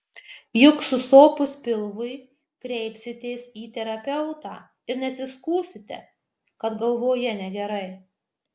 juk susopus pilvui kreipsitės į terapeutą ir nesiskųsite kad galvoje negerai